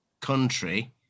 country